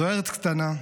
זו ארץ קטנה,